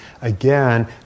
Again